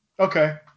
Okay